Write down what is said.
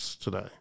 today